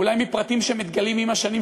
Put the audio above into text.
אולי מפרטים שמתגלים עם השנים,